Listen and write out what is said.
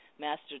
master